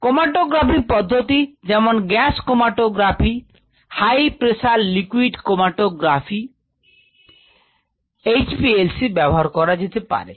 chromatography পদ্ধতি যেমন gas chromatography high pressure liquid chromatography chromatography HPLC ব্যবহার করা যেতে পারে